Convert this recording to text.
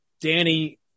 Danny